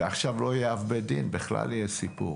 ועכשיו לא יהיה אב בית הדין בכלל יהיה סיפור.